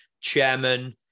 chairman